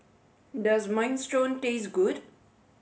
does minestrone taste good